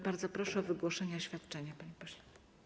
Bardzo proszę o wygłoszenie oświadczenia, panie pośle.